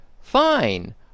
Fine